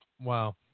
Wow